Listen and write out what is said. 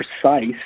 precise